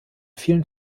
vielen